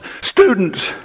students